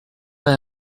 pas